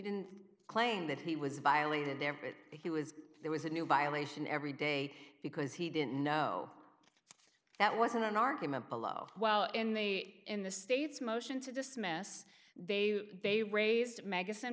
didn't claim that he was violated there he was there was a new violation every day because he didn't know that wasn't an argument below while in the in the states motion to dismiss they they raised mag